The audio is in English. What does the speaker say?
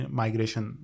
migration